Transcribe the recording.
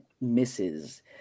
misses